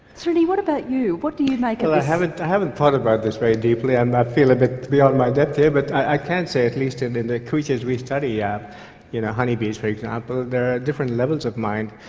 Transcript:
srini, what about you, what do you make of this? well, i haven't thought about this very deeply and i feel a bit beyond my depth here, but i can say at least in in the creatures we study, yeah you know honey bees for example, there are different levels of mind,